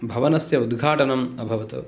भवनस्य उद्घाटनं अभवत्